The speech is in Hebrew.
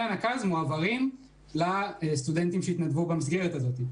נקודות הזכות מועברות לסטודנטים שהתנדבו במסגרת הזאת.